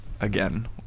Again